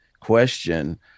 question